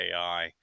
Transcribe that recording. AI